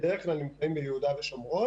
בדרך כלל הם נמצאים ביהודה ושומרון.